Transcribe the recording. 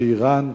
באירן,